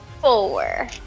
Four